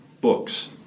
books